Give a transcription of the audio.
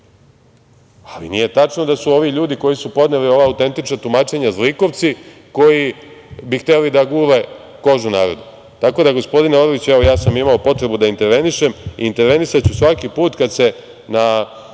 Nije tačno da su ovi ljudi koji su podneli ova autentična tumačenja zlikovci koji bi hteli da gule kožu narodu. Tako da, gospodine Orliću, evo ja sam imao potrebu da intervenišem i intervenisaću svaki put kada se bez